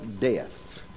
death